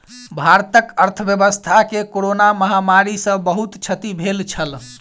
भारतक अर्थव्यवस्था के कोरोना महामारी सॅ बहुत क्षति भेल छल